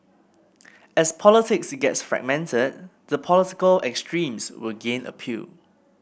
as politics gets fragmented the political extremes will gain appeal